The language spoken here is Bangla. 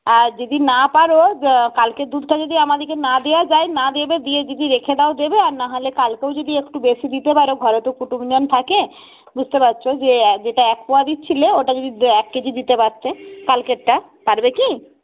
আর যদি না পারো কালকে দুধটা যদি আমাদিগকে না দেওয়া যায় না দিবে দিয়ে যদি রেখে দাও দেবে আর না হলে কালকেও যদি একটু বেশি দিতে পারো ঘরে তো কুটুমজন থাকে বুঝতে পারছো যে যেটা এক পোয়া দিচ্ছিলে ওটা যদি এক কেজি দিতে পারতে কালকেরটা পারবে কি